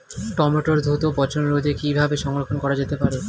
টমেটোর দ্রুত পচনরোধে কিভাবে সংরক্ষণ করা যেতে পারে?